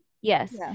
yes